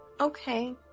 Okay